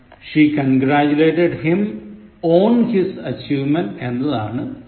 She congratulated him on his achievement എന്നതാണ് ശരി